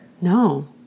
No